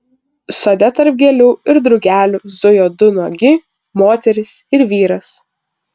sode tarp gėlių ir drugelių zujo du nuogi moteris ir vyras